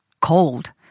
cold